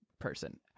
person